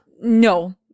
No